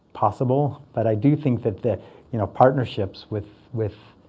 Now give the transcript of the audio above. possible. but i do think that the you know partnerships with with